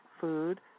food